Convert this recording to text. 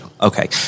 Okay